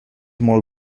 molt